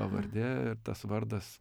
pavardė ir tas vardas